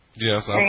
Yes